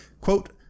quote